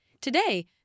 Today